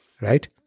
right